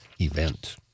event